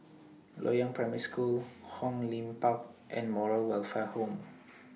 Loyang Primary School Hong Lim Park and Moral Welfare Home